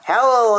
Hello